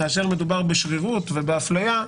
כאשר מדובר בשרירות ובהפליה,